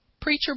preacher